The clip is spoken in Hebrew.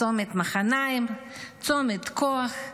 צומת מחניים, צומת כוח,